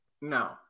No